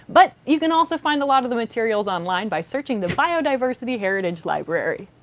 but you can also find a lot of the materials online by searching the biodiversity heritage library.